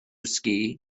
ski